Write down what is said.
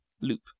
loop